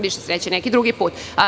Više sreće neki drugi put.